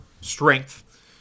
strength